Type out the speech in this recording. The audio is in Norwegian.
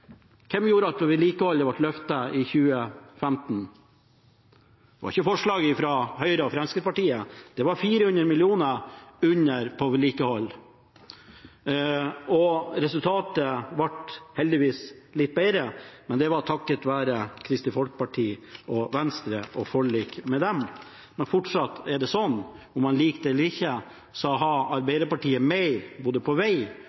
Hvem gjorde det slik at vedlikeholdet ble løftet i 2015? Det var ikke forslaget fra Høyre og Fremskrittspartiet. Det var 400 mill. kr under på vedlikehold. Resultatet ble heldigvis litt bedre, men det var takket være Kristelig Folkeparti og Venstre og forlik med dem. Men fortsatt har Arbeiderpartiet – enten man liker det eller ikke – mer til både vei